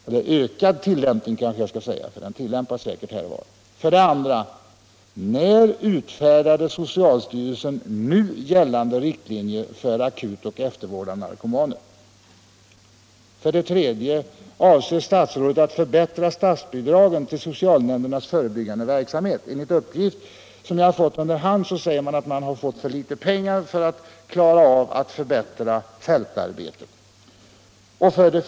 Jag skall kanske säga ”ullämpas i ökad utsträckning”, för det tillämpas säkert här och var. 3. Avser statsrådet att förbättra statsbidragen till socialnämndernas förebyggande verksamher? Enligt uppgift som jag har fått under hand säger man att man har för litet pengar för att kunna förbättra fältarbetet.